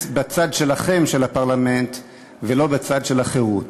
בצד שלכם של הפרלמנט ולא בצד של החירות.